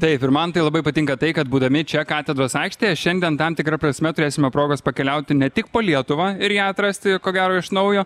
taip ir man tai labai patinka tai kad būdami čia katedros aikštėje šiandien tam tikra prasme turėsime progos pakeliauti ne tik po lietuvą ir ją atrasti ko gero iš naujo